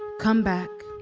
come back,